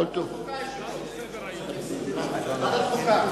ועדת חוקה.